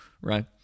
right